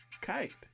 kite